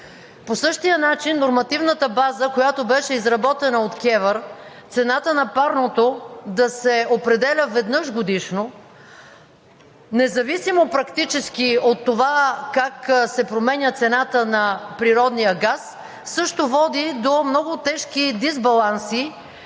По същия начин нормативната база, която беше изработена от КЕВР – цената на парното да се определя веднъж годишно, независимо практически от това как се променя цената на природния газ, също води до много тежки дисбаланси